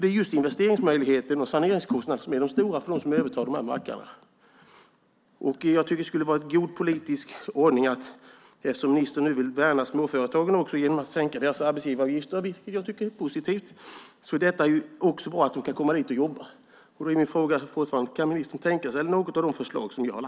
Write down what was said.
Det är just investeringarna och saneringarna som medför de stora kostnaderna för dem som övertar dessa mackar. Ministern vill ju värna småföretagen genom att sänka deras arbetsgivaravgifter. Det tycker jag är positivt. Därför vill jag fråga ministern om något av de förslag jag lagt fram vore något att tänka på.